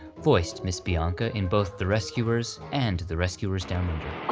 voiced miss bianca in both the rescuers, and the rescuers downunder. oh,